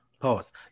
Pause